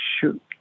shoot